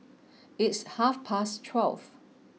its half past twelve